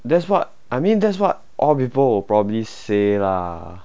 that's what I mean that's what all people will probably say lah